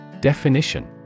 Definition